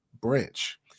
branch